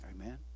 Amen